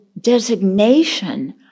designation